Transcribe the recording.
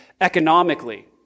economically